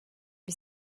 bir